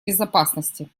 безопасности